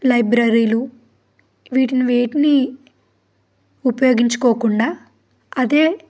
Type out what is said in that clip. లైబ్రరీలు వీటిని వేటిని ఉపయోగించుకోకుండా అదే